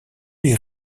les